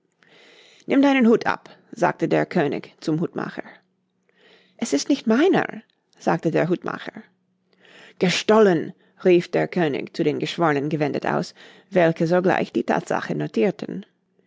nimm deinen hut ab sagte der könig zum hutmacher es ist nicht meiner sagte der hutmacher gestohlen rief der könig zu den geschwornen gewendet aus welche sogleich die thatsache notirten